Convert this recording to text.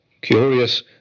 Curious